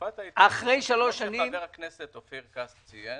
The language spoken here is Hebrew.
כפי שציין חבר הכנסת אופיר כץ,